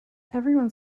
everyone